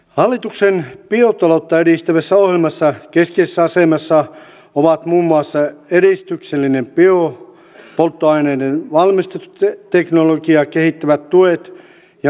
hallituksen biotaloutta edistävässä ohjelmassa keskeisessä asemassa ovat muun muassa edistyksellistä biopolttoaineiden valmistusteknologiaa kehittävät tuet ja verolinjaukset